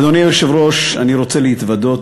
אדוני היושב-ראש, אני רוצה להתוודות.